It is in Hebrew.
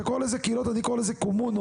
אתה קורא לזה קהילות אני קורא לזה קומונות,